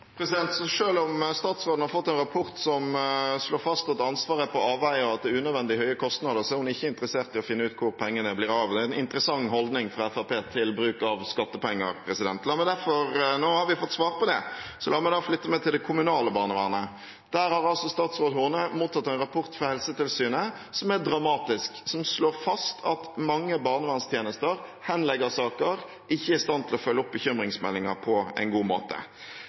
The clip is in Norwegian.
om statsråden har fått en rapport som slår fast at ansvaret er på avveier og at det er unødvendig høye kostnader, er hun ikke interessert i å finne ut hvor pengene blir av. Det er en interessant holdning fra Fremskrittspartiet til bruk av skattepenger. Nå har vi fått svar på det, så la meg da flytte meg til det kommunale barnevernet. Statsråd Horne har altså mottatt en rapport fra Helsetilsynet, som er dramatisk. Den slår fast at mange barnevernstjenester henlegger saker, og at de ikke er i stand til å følge opp bekymringsmeldinger på en god måte.